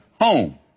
home